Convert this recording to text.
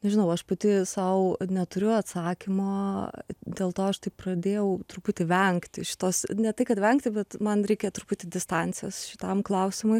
nežinau aš pati sau neturiu atsakymo dėl to aš taip pradėjau truputį vengti šitos ne tai kad vengti bet man reikia truputį distancijos šitam klausimui